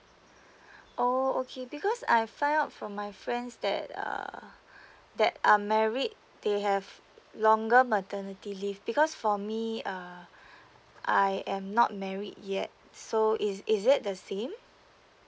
oh okay because I find out from my friends that err that are marriage they have longer maternity leave because for me err I am not married yet so is is it the same